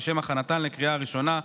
לשם הכנתה לקריאה ראשונה.